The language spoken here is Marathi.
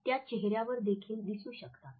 त्या चेहऱ्यावर देखील दिसू शकतात